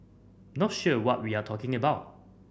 not sure what we're talking about